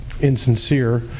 insincere